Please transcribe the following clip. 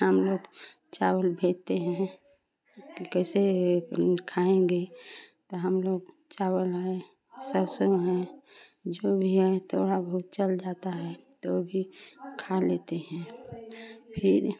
हम लोग चावल भेजते हैं कि कैसे खाएँगे तो हम लोग चावल है सरसों है जो भी है थोड़ा बहुत चल जाता है तो भी खा लेते हैं फिर